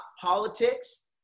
politics